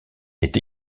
est